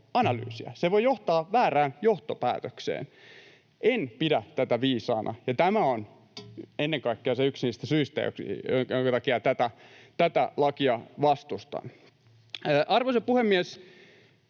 se voi johtaa väärään johtopäätökseen. En pidä tätä viisaana, ja tämä on ennen kaikkea yksi niistä syistä, joiden takia tätä lakia vastustan. Arvoisa puhemies!